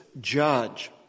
judge